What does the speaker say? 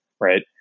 right